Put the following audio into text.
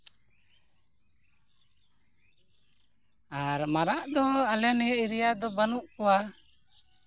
ᱟᱨ ᱢᱟᱨᱟᱜ ᱫᱚ ᱟᱞᱮ ᱱᱤᱭᱟᱹ ᱮᱨᱤᱭᱟ ᱨᱮᱫᱚ ᱵᱟᱹᱱᱩᱜ ᱠᱚᱣᱟ